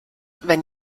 wenn